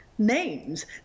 names